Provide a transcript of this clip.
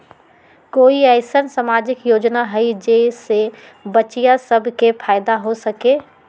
कोई अईसन सामाजिक योजना हई जे से बच्चियां सब के फायदा हो सके?